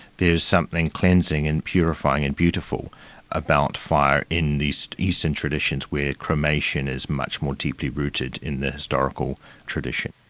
there is something cleansing and purifying and beautiful about fire in these eastern traditions where cremation is much more deeply rooted in the historical tradition.